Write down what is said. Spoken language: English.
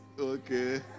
Okay